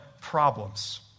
problems